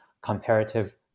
comparative